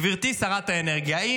גברתי שרת האנרגיה,